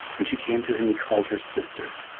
when she came to him he called her sister.